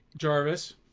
Jarvis